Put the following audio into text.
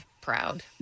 proud